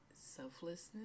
selflessness